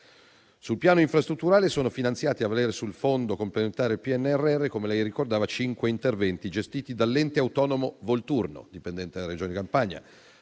Sul piano infrastrutturale sono finanziati, a valere sul Fondo complementare PNRR - come lei ricordava - cinque interventi gestiti dall'Ente autonomo Volturno, dipendente dalla Regione Campania